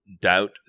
doubt